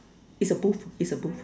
it's a booth it's a booth